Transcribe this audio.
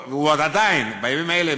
והוא עדיין בימים אלה,